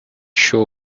show